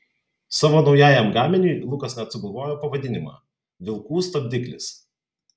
savo naujajam gaminiui lukas net sugalvojo pavadinimą vilkų stabdiklis